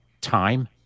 time